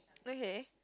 okay